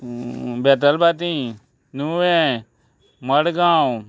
बेतलबाटी नुवें मडगांव